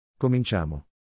Cominciamo